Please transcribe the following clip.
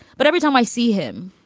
but every time i see him,